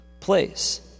place